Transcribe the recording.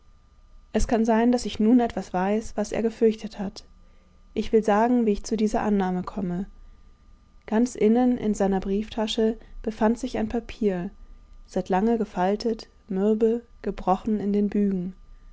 es kann sein daß ich nun etwas weiß was er gefürchtet hat ich will sagen wie ich zu dieser annahme komme ganz innen in seiner brieftasche befand sich ein papier seit lange gefaltet mürbe gebrochen in den bügen